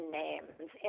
names